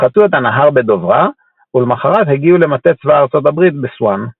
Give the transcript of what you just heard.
הם חצו את הנהר בדוברה ולמחרת הגיעו למטה צבא ארצות הברית בסוואן.